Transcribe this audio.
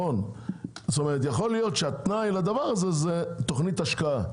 יכול להיות שהתנאי לכך זה תוכנית השקעה,